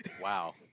Wow